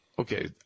Okay